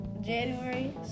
January